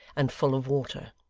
and full of water.